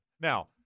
Now